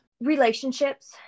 Relationships